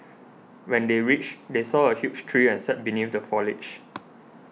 when they reached they saw a huge tree and sat beneath the foliage